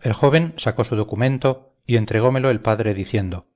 el joven sacó su documento y entregómelo el padre diciendo